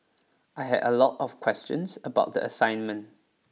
I had a lot of questions about the assignment